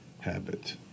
habit